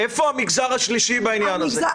איפה המגזר השלישי בעניין הזה?